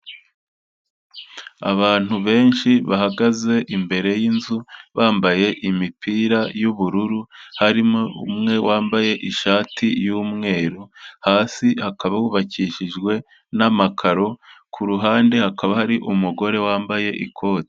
Abantu benshi bahagaze imbere y'inzu bambaye imipira y'ubururu, harimo umwe wambaye ishati y'umweru, hasi hakaba hubakishijwe n'amakaro, ku ruhande hakaba hari umugore wambaye ikoti.